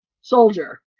soldier